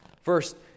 First